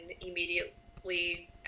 immediately